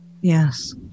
Yes